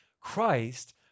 Christ